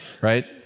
right